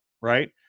right